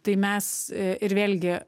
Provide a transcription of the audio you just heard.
tai mes ir vėlgi